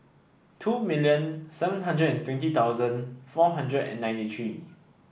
two million seven hundred and twenty thousand four hundred and ninety three